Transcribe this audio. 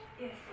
yes